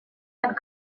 had